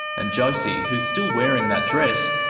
and josie, who's still wearing that dress,